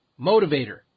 motivator